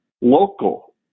local